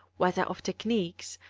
whether of technics,